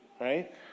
Right